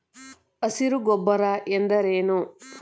ಹಸಿರು ಗೊಬ್ಬರ ಎಂದರೇನು?